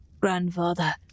grandfather